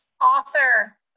Author